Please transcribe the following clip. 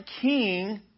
king